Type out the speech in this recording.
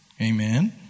Amen